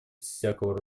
всякого